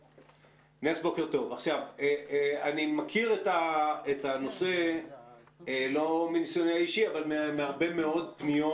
אני מכיר את הנושא לא מניסיוני האישי אבל מהרבה מאוד פניות